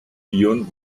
beyond